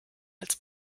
als